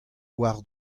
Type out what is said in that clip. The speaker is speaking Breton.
war